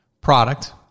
Product